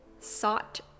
sought